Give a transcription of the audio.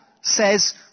says